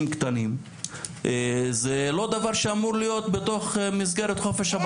קטנים זה לא דבר שאמור להיות בתוך מסגרת חופש הבעת דעה.